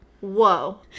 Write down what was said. Whoa